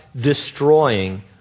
destroying